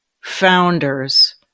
founders